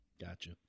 Gotcha